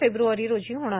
फेब्र्वारी रोजी होणार